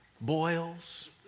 boils